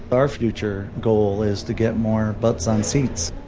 our future goal is to get more butts on seats.